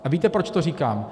A víte, proč to říkám?